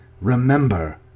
Remember